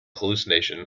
hallucination